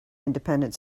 independent